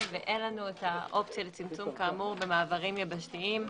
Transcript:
ואין לנו את האופציה לצמצום כאמור במעברים יבשתיים.